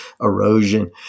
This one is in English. erosion